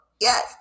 yes